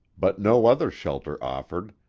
but no other shelter offered,